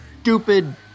stupid